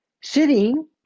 sitting